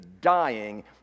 dying